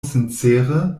sincere